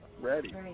Ready